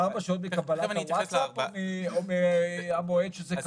זה ארבע שעות מקבלת הווטסאפ או מהמועד שזה קרה?